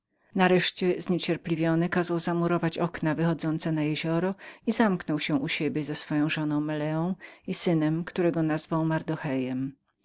nareszcie zniecierpliwiony kazał zamurować okna wychodzące na jezioro i zamknął się u siebie z swoją żoną meleą i synem którego nazwał mardochejem